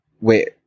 Wait